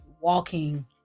walking